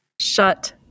Shut